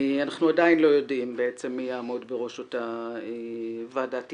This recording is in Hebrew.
אנחנו עדיין לא יודעים מי יעמוד בראש אותה ועדת היגוי.